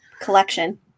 collection